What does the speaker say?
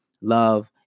love